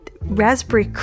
raspberry